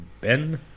Ben